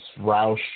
Roush